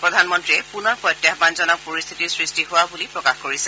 প্ৰধানমন্ত্ৰীয়ে পুনৰ প্ৰত্যাহ্মনজনক পৰিস্থিতি সৃষ্টি হোৱা বুলি প্ৰকাশ কৰিছে